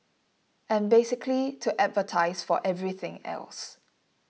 and basically to advertise for everything else